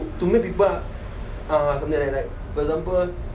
to make people uh something like that like for example